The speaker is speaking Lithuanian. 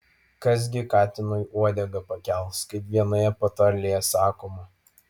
kas gi katinui uodegą pakels kaip vienoje patarlėje sakoma